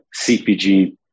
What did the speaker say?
CPG